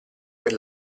per